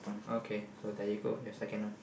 okay so there you go your second one